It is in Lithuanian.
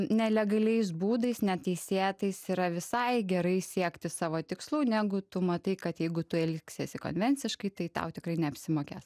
nelegaliais būdais neteisėtais yra visai gerai siekti savo tikslų negu tu matai kad jeigu tu elgsiesi konvenciškai tai tau tikrai neapsimokės